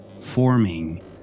forming